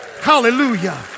Hallelujah